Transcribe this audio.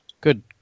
Good